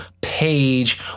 page